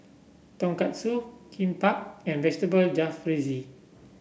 Tonkatsu Kimbap and Vegetable Jalfrezi